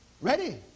Ready